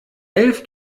elf